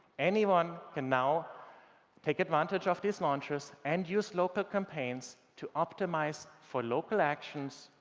anyone can now take advantage of these launches and use local campaigns to optimize for local actions,